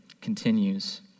continues